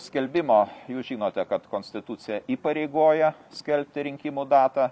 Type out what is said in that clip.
skelbimo jūs žinote kad konstitucija įpareigoja skelbti rinkimų datą